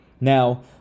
Now